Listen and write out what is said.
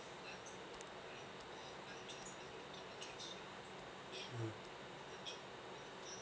mm